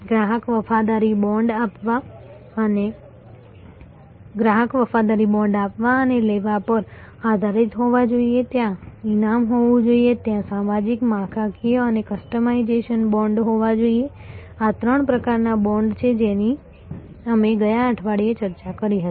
ગ્રાહક વફાદારી બોન્ડ આપવા અને લેવા પર આધારિત હોવા જોઈએ ત્યાં ઈનામ હોવું જોઈએ ત્યાં સામાજિક માળખાકીય અને કસ્ટમાઈઝેશન બોન્ડ હોવા જોઈએ આ ત્રણ પ્રકારના બોન્ડ છે જેની અમે ગયા અઠવાડિયે ચર્ચા કરી હતી